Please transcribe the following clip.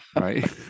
right